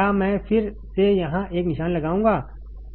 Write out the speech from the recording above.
क्या मैं फिर से यहां एक निशान लगाऊंगा